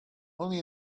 only